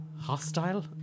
hostile